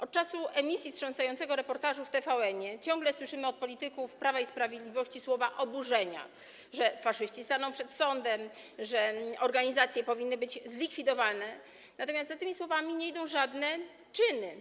Od czasu emisji wstrząsającego reportażu w TVN-ie ciągle słyszymy od polityków Prawa i Sprawiedliwości słowa oburzenia, że faszyści staną przed sądem, że organizacje powinny być zlikwidowane, natomiast za tymi słowami nie idą żadne czyny.